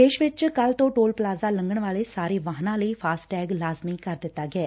ਦੇਸ਼ ਭਰ ਵਿਚ ਕੱਲੂ ਤੋਂ ਟੋਲ ਪਲਾਜ਼ਾ ਲੰਘਣ ਵਾਲੇ ਸਾਰੇ ਵਾਹਨਾਂ ਲਈ ਫਾਸਟੈਗ ਲਾਜ਼ਮੀ ਕਰ ਦਿੱਤਾ ਗਿਐ